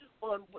on